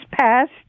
passed